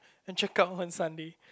and check out on Sunday